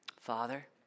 father